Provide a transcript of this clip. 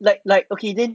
like like okay then